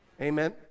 Amen